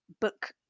book